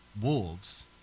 wolves